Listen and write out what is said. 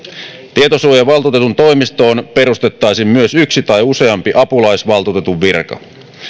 tietosuojavaltuutetun toimistoon perustettaisiin myös yksi tai useampi apulaisvaltuutetun virka